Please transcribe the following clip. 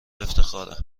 افتخاره